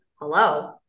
hello